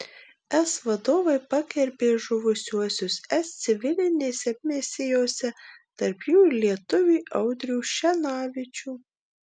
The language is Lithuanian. es vadovai pagerbė žuvusiuosius es civilinėse misijose tarp jų ir lietuvį audrių šenavičių